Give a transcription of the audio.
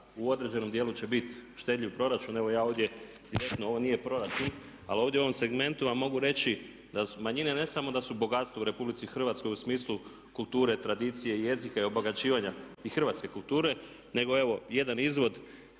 u određenom dijelu će biti štedljiv proračun. Evo ja ovdje direktno, ovo nije proračun, ali ovdje u ovom segmentu vam mogu reći da manjine ne samo da su bogatstvo u Republici Hrvatskoj u smislu kulture, tradicije, jezika i obogaćivanja i hrvatske kulture, nego evo jedan izvod.